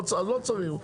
לא צריך,